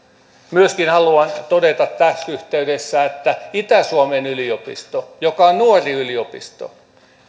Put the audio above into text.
myöskin haluan todeta tässä yhteydessä että itä suomen yliopisto joka on nuori yliopisto